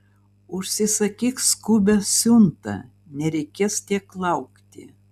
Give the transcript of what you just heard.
užsisakyk skubią siuntą nereikės tiek laukti